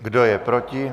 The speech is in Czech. Kdo je proti?